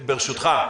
ברשותך,